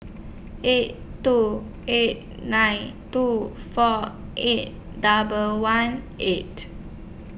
eight two eight nine two four eight double one eight